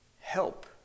help